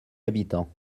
habitants